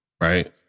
right